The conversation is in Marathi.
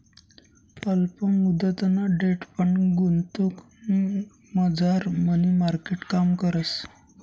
अल्प मुदतना डेट फंड गुंतवणुकमझार मनी मार्केट काम करस